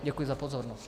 Děkuji za pozornost.